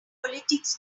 politics